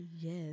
Yes